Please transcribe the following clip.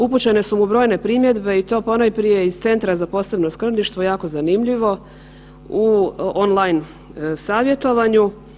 Upućene su mu brojne primjedbe i to ponajprije iz Centra za posebno skrbništvo, jako zanimljivo u on line savjetovanju.